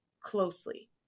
closely